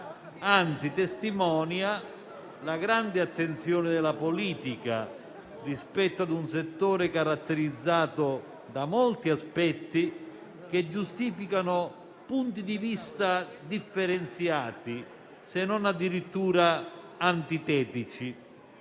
Anzi, testimonia la grande attenzione della politica rispetto ad un settore caratterizzato da molti aspetti, che giustificano punti di vista differenziati, se non addirittura antitetici.